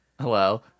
Hello